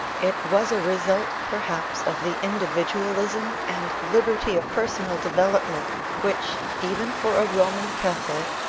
it was a result, perhaps, of the individualism and liberty of personal development, which, even for a roman catholic,